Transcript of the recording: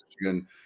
Michigan –